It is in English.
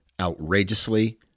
outrageously